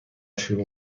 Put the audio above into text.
شروع